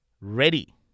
ready